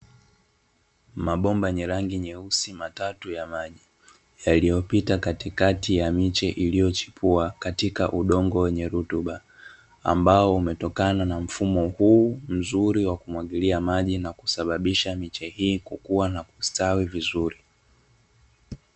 Mabomba yenye rangi nyeusi matatu ya maji, yaliyopita katikati ya miche iliyochipua katika udongo wenye rutuba, ambao umetokana na mfumo huu mzuri wa kumwagilia maji na kusababisha miche hii kukua na kustawi vizuri.